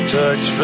touch